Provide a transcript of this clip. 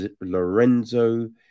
Lorenzo